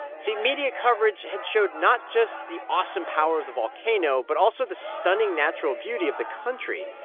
see, media coverage had showed not just the awesome power of the volcano, but also the stunning natural beauty of the country.